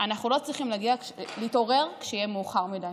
אנחנו לא צריכים להתעורר כשיהיה מאוחר מדי.